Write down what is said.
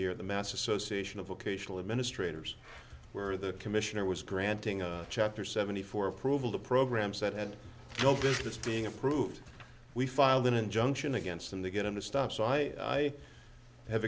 year the mets association of occasional administrators were the commissioner was granting a chapter seventy four approval to programs that had no business being approved we filed an injunction against them to get them to stop so i have